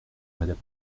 madame